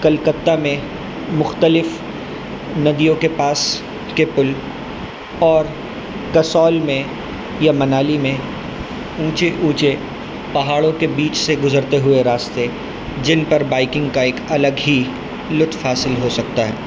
کلکتہ میں مختلف ندیوں کے پاس کے پل اور کسول میں یا منالی میں اونچے اونچے پہاڑوں کے بیچ سے گزرتے ہوئے راستے جن پر بائکنگ کا ایک الگ ہی لطف حاصل ہو سکتا ہے